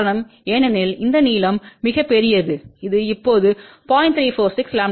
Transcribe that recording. காரணம் ஏனெனில் இந்த நீளம் மிகப் பெரியது இது இப்போது 0